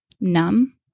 numb